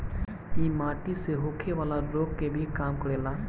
इ माटी से होखेवाला रोग के भी कम करेला